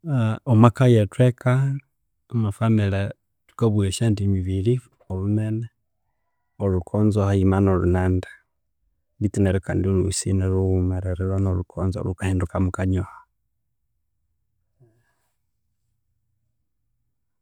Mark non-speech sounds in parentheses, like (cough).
(hesitation) omwa eka yethu omwa family thukabugha esye ndimi ibiri olhunene lho lhukonzo haghams no lhunande bethu kandi olhosi nilhughumerere no olhukonzo lhukahindukamu kanyoho.